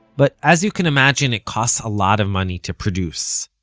but, as you can imagine, it costs a lot of money to produce.